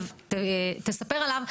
תספר עליו,